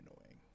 annoying